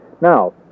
Now